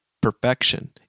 perfection